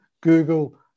Google